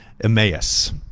Emmaus